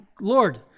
Lord